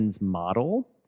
model